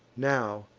now,